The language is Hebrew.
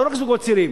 לא רק לזוגות צעירים,